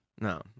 no